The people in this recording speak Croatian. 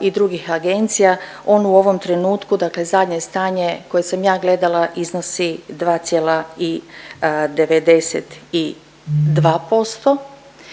i drugih agencija. On u ovom trenutku dakle zadnje stanje koje sam ja gledala iznosi 2,92%.